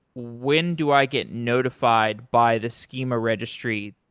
when do i get notified by the schema registry?